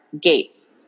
gates